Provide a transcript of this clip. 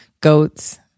Goats